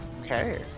Okay